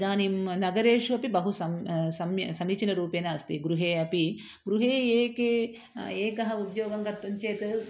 इदानीं नगरेषु अपि बहु सम्यक् सम्यक् समीचीनरूपेण अस्ति गृहे अपि गृहे एकः एकः उद्योगः गतः चेत्